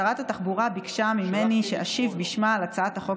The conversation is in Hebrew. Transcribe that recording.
שרת התחבורה ביקשה ממני שאשיב בשמה על הצעת החוק